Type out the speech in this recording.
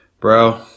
Bro